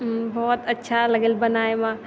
बहुत अच्छा लगल बनायमे